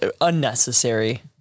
unnecessary